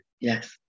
Yes